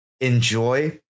enjoy